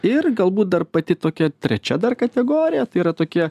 ir galbūt dar pati tokia trečia dar kategorija tai yra tokie